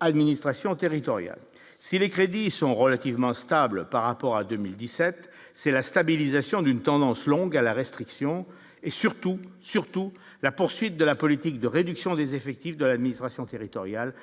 administration territoriale si les crédits sont relativement stables par rapport à 2017 c'est la stabilisation d'une tendance longue à la restriction et surtout, surtout, la poursuite de la politique de réduction des effectifs de l'administration territoriale